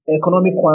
economic